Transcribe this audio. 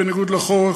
בניגוד לחוק,